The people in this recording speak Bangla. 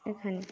ওখান